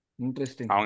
Interesting